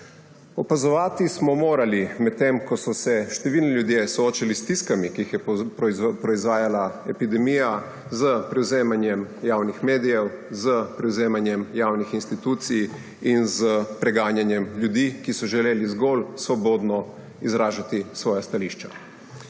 Opazovati smo morali, medtem ko so se številni ljudje soočili s stiskami, ki jih je proizvajala epidemija, s prevzemanjem javnih medijem, s prevzemanjem javnih institucij in s preganjanjem ljudi, ki so želeli zgolj svobodno izražati svoja stališča.